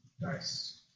Nice